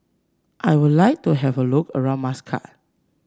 I would like to have a look around Muscat